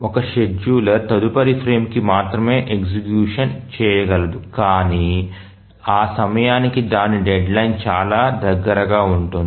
ఒక షెడ్యూలర్ తదుపరి ఫ్రేమ్కి మాత్రమే ఎగ్జిక్యూషన్ చేయగలదు కాని ఆ సమయానికి దాని డెడ్లైన్ చాలా దగ్గరగా ఉంటుంది